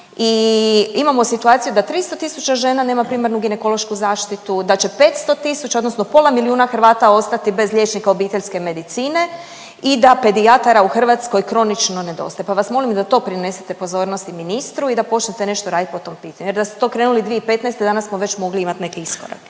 i imamo situaciju da 300 tisuća žena nema primarnu ginekološku zaštitu, da će 500 tisuća odnosno pola milijuna Hrvata ostati bez liječnika obiteljske medicine i da pedijatara u Hrvatskoj kronično nedostaje. Pa vam molim da to prinesete pozornosti ministru i da počnete nešto raditi po tom pitanju jer da ste to krenuli 2015. danas smo već mogli imati neki iskorak